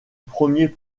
premier